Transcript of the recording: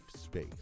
space